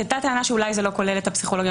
הייתה טענה שאולי לא כולל את הפסיכולוגים